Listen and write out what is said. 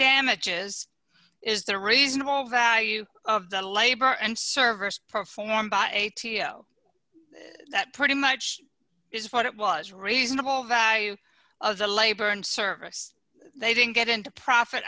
damages is the reasonable value of the labor and service performed by a t o that pretty much is what it was reasonable value of the labor and service they didn't get into profit